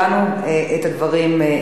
הבנו את הדברים,